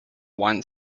one